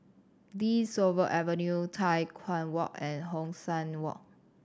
De Souza Avenue Tai Hwan Walk and Hong San Walk